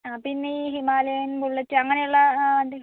ആ പിന്നെ ഈ ഹിമാലയന് ബുള്ളറ്റ് അങ്ങനെയുള്ള എന്തെങ്കിലും